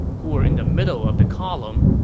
who were in the middle of the column,